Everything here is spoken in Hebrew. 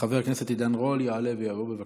חבר הכנסת עידן רול יעלה ויבוא, בבקשה.